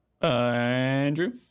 Andrew